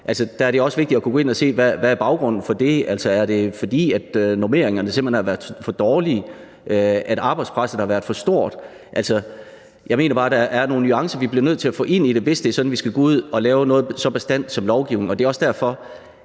Der er det også vigtigt at kunne gå ind at se på, hvad baggrunden for det er. Er det, fordi normeringerne simpelt hen har været for dårlige? Har arbejdspresset været for stort? Jeg mener bare, at der er nogle nuancer, vi bliver nødt til at få ind i det, hvis det er sådan, at vi skal gå ud at lave noget så bastant som lovgivning, og det er også derfor,